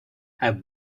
have